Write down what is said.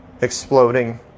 exploding